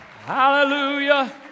Hallelujah